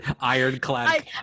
Ironclad